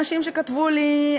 אנשים כתבו לי,